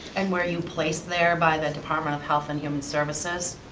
and were you placed there by the department of health and human services,